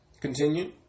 Continue